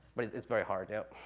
but it's very hard, yep.